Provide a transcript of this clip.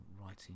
writing